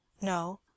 No